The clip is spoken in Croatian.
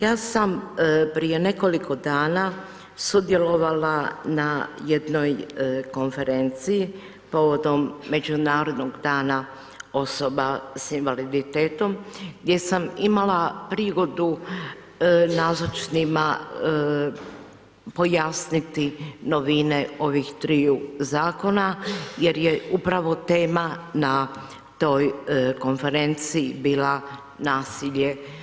Ja sam prije nekoliko dana sudjelovala na jednoj konferenciji povodom Međunarodnog dana osoba sa invaliditetom gdje sam imala prigodu nazočnima pojasniti novine ovih triju zakona jer je upravo tema na toj konferenciji bila nasilje.